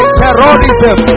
terrorism